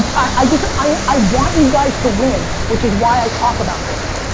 i just, i want you guys to win which is why i talk about this.